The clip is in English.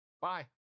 Bye